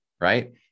right